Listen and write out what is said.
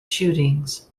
shootings